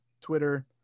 Twitter